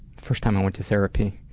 first time i went to therapy.